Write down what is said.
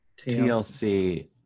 TLC